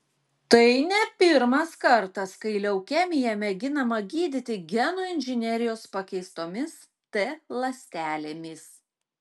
tai ne pirmas kartas kai leukemiją mėginama gydyti genų inžinerijos pakeistomis t ląstelėmis